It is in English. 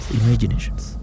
imaginations